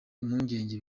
impungenge